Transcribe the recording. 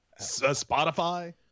spotify